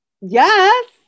Yes